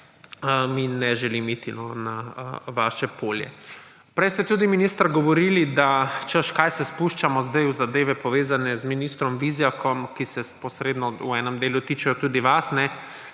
in ne želim iti na vaše polje. Prej ste tudi, minister, govorili, češ, kaj se spuščamo v zadeve, povezane z ministrom Vizjakom, ki se posredno v enem delu tičejo tudi vas,